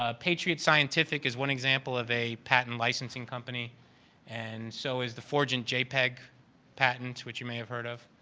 ah patriot scientific is one example of a patent licensing company and so is the forgent jpeg patent, which you may have heard of.